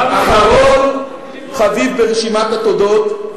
ואחרון חביב ברשימת התודות,